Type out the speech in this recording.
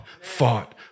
fought